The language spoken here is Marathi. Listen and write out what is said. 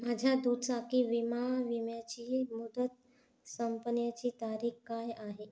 माझ्या दुचाकी विमा विम्याची मुदत संपण्याची तारीख काय आहे